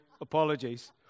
apologies